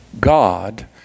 God